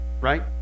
right